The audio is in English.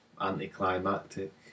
anticlimactic